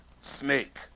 snake